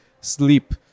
sleep